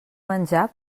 menjar